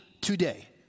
today